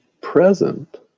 present